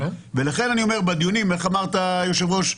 ולכן אני אומר, בדיונים איך אמרת, היושב-ראש?